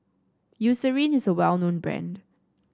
Eucerin is a well known brand